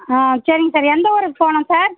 ஆ சரிங்க சார் எந்த ஊருக்கு போகணும் சார்